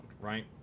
right